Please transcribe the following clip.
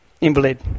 invalid